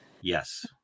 yes